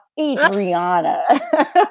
Adriana